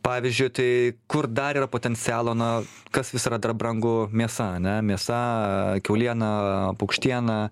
pavyzdžiui tai kur dar yra potencialo na kas vis yra dar brangu mėsa ane mėsa kiauliena paukštiena